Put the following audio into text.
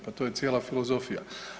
Pa to je cijela filozofija.